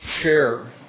share